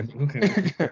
Okay